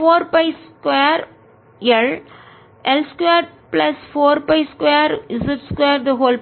4 by 2L L 2 plus 4 π 2Z 2 32 மற்றும் 8π 3